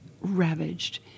ravaged